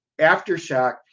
Aftershock